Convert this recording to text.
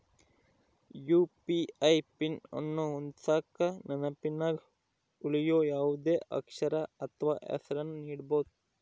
UPI pin ಅನ್ನು ಹೊಂದಿಸಕ ನೆನಪಿನಗ ಉಳಿಯೋ ಯಾವುದೇ ಅಕ್ಷರ ಅಥ್ವ ಹೆಸರನ್ನ ನೀಡಬೋದು